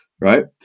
right